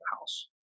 house